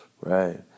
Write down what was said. right